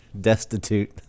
destitute